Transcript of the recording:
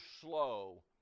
slow